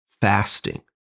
fasting